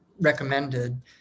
recommended